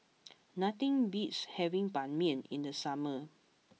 nothing beats having Ban Mian in the summer